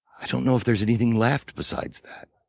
i don't know if there's anything left besides that.